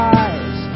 eyes